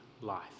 life